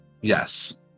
Yes